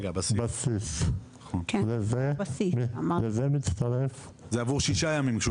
זה עבור שישה ימים.